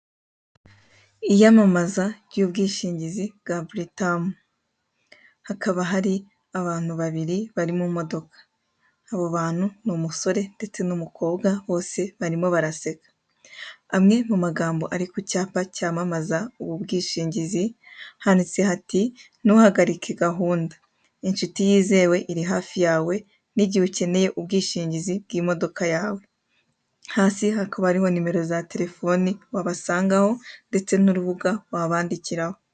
Iyamamaza ry'ubishingizi bwa buritam. Hakaba hari abantu babiri, bari mu modoka. Abo bantu ni umusore ndetse n'umukobwa, bose barimo baraseka. Amwe mu magambo ari ku cyapa cyamamaza ubu bwishingizi, handitse hati : Ntuhagarike gahunda, inshuti yizewe iri hafi yawe, n'igihe ukeneye ubwishingizi bw'imodoka yawe. Hasi hakaba hariho nimero za telefoni wabasangaho, ndetse n'urubuga wabandikiraho.